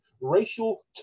racial